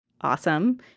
awesome